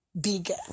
bigger